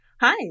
Hi